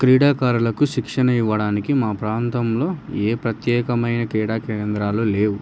క్రీడాకారులకు శిక్షణ ఇవ్వడానికి మా ప్రాంతంలో ఏ ప్రత్యేకమైన క్రీడా కేంద్రాలు లేవు